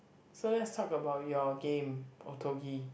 so let's talk about your game Otogi